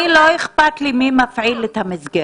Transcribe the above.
לא אכפת לי מי מפעיל את המסגרת.